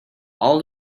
all